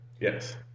Yes